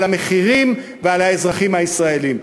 על המחירים ועל האזרחים הישראלים.